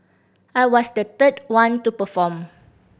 I was the third one to perform